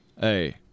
Hey